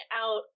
out